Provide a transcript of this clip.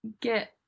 get